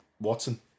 Watson